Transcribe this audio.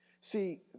See